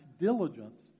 diligence